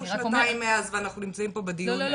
כי עברו שנתיים מאז ואנחנו נמצאים פה בדיון.